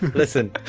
listen,